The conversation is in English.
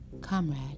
Comrade